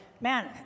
man